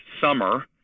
summer